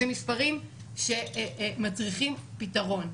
זה מספרים שמצריכים פתרון.